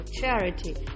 charity